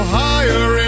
higher